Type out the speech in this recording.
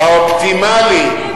האופטימלי.